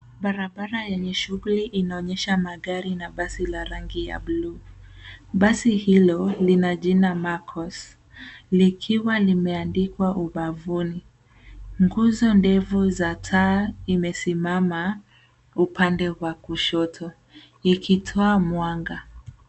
Barabara yenye shughuli inaonyesha magari na basi la rangi ya bluu. Basi hilo lina jina Makos likiwa limeandikwa ubavuni nguzo ndefu za taa imesimama upande wa kushoto ikitoa mwanga.